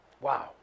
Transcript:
Wow